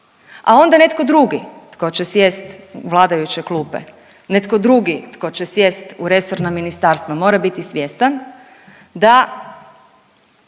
a onda netko drugi tko će sjest u vladajuće klupe, netko drugi tko će sjest u resorna ministarstva mora biti svjestan da